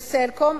ב"סלקום",